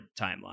timeline